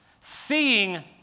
Seeing